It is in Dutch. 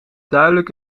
duidelijk